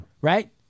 Right